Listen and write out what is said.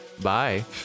Bye